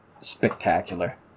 spectacular